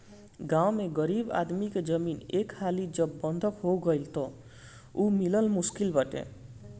गांव में गरीब आदमी के जमीन एक हाली जब बंधक हो गईल तअ उ मिलल मुश्किल बाटे